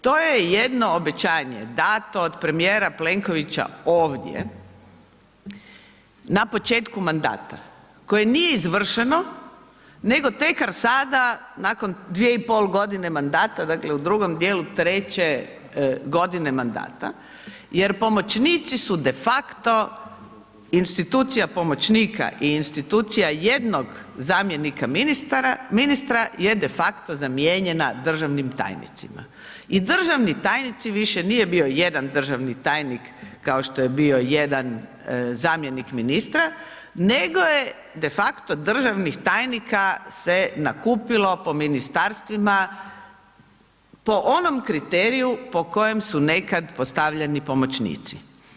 To je jedno obećanje dato od premijera Plenkovića ovdje na početku mandata koje nije izvršeno, nego tek sada nakon dvije i pol godine mandata, dakle, u drugom dijelu treće godine mandata jer pomoćnici su defakto institucija pomoćnika i institucija jednog zamjenika ministra je defakto zamijenjena državnim tajnicima i državni tajnici, više nije bio jedan državni tajnik kao što je bio jedan zamjenik ministra, nego je defakto državnih tajnika se nakupilo po ministarstvima po onom kriteriju po kojem su nekad postavljeni pomoćnici.